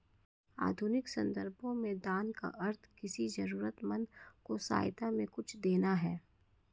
आधुनिक सन्दर्भों में दान का अर्थ किसी जरूरतमन्द को सहायता में कुछ देना है